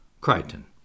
Crichton